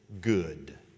good